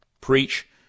preach